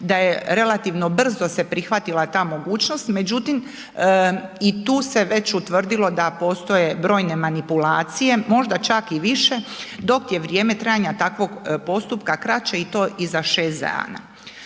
da je relativno brzo se prihvatila ta mogućnost, međutim i tu se već utvrdilo da postoje brojne manipulacije, možda čak i više, dok je vrijeme trajanja takvog postupka kraće i to i za 6 dana.